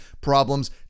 problems